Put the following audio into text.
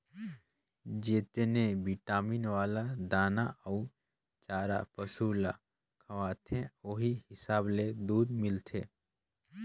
जेतनी बिटामिन वाला दाना अउ चारा पसु ल खवाथे ओहि हिसाब ले दूद मिलथे